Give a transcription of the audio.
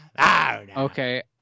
Okay